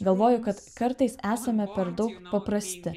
galvoju kad kartais esame per daug paprasti